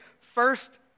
first